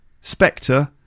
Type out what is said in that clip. Spectre